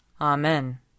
Amen